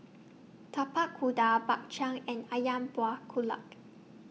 Tapak Kuda Bak Chang and Ayam Buah Keluak